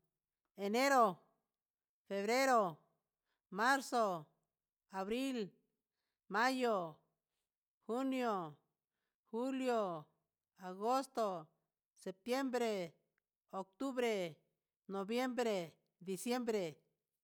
Enero, febrero, marzo, abril, mayo, junio, julio, agosto, septiembre, octubre, noviembre, diciembre.